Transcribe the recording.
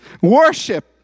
worship